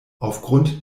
aufgrund